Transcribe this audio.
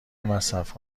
مصرف